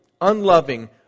unloving